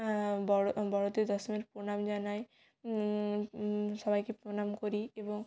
বড়ো বড়োদের দশমীর প্রণাম জানাই সবাইকে প্রণাম করি এবং